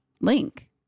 Link